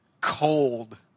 cold